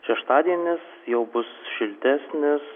šeštadienis jau bus šiltesnis